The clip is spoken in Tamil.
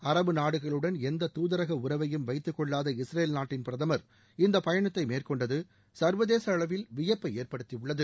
அரபு நாடுகளுடன் எந்த துதரக உறவையும் வைத்துக்கொள்ளாத இஸ்ரேல் நாட்டின் பிரதமர் இந்த பயணத்தை மேற்கொண்டது சர்வதேச அளவில் வியப்பை ஏற்படுத்தியுள்ளது